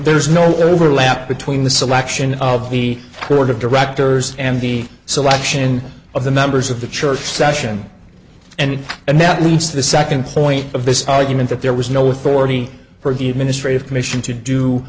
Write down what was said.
there is no overlap between the selection of the board of directors and the selection of the members of the church session and and that leads to the second point of this argument that there was no authority for the administrative commission to do